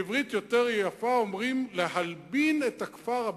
בעברית יותר יפה אומרים "להלבין את הכפר הבלתי-חוקי".